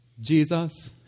Jesus